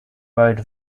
road